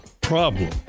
problem